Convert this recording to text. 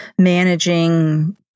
managing